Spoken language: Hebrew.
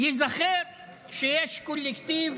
ייזכר שיש קולקטיב